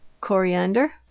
coriander